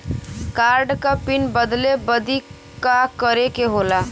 Card क PIN बदले बदी का करे के होला?